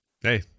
Hey